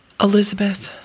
Elizabeth